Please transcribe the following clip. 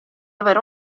avere